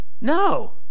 No